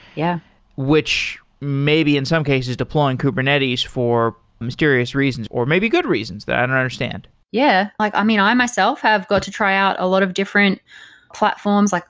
yeah which may be in some cases deploying kubernetes for mysterious reasons, or maybe good reasons that i don't understand yeah. like i mean, i myself have got to try out a lot of different platforms. like